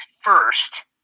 first